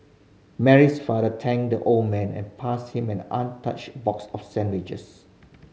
Mary's father thanked the old man and passed him an untouched box of sandwiches